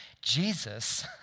Jesus